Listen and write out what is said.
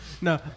no